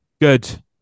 good